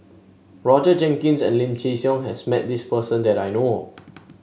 Roger Jenkins and Lim Chin Siong has met this person that I know of